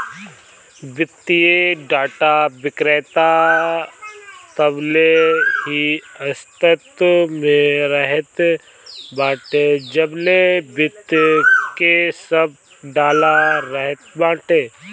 वित्तीय डाटा विक्रेता तबले ही अस्तित्व में रहत बाटे जबले वित्त के सब डाला रहत बाटे